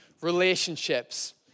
relationships